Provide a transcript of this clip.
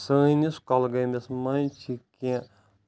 سٲنِس کۄلگٲمِس منٛز چھِ کینٛہہ